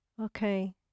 okay